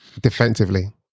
defensively